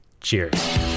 cheers